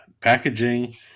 Packaging